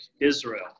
Israel